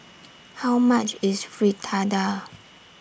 How much IS Fritada